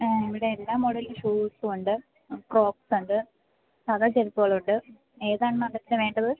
ആ ഇവിടെ എല്ലാ മോഡൽ ഷൂസൂമുണ്ട് ക്രോക്സ് ഉണ്ട് സാധാ ചെരുപ്പുകളുണ്ട് ഏതാണ് മാഡത്തിന് വേണ്ടത്